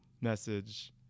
message